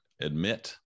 admit